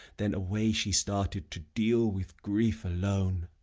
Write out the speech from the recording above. then away she started to deal with grief alone.